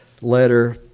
letter